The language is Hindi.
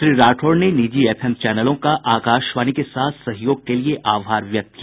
श्री राठौड़ ने निजी एफएम चैनलों का आकाशवाणी के साथ सहयोग के लिए आभार व्यक्त किया